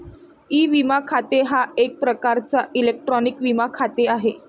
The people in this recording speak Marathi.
ई विमा खाते हा एक प्रकारचा इलेक्ट्रॉनिक विमा खाते आहे